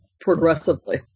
progressively